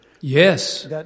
Yes